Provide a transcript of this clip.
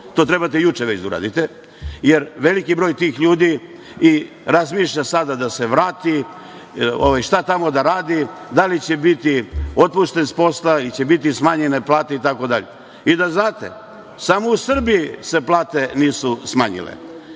To trebate juče već da uradite, jer veliki broj tih ljudi razmišlja sada da se vrati, šta tamo da radi, da li će biti otpušten sa posla ili će biti smanjene plate, itd. Da znate, samo u Srbiji se plate nisu smanjile.